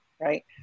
right